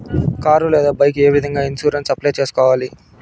car లేదా bike ఏ విధంగా ఇన్సూరెన్సు అప్లై సేసుకోవాలి